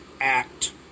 act